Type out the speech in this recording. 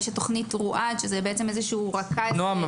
יש את תוכנית רואד שזה איזשהו רכז --- נעם,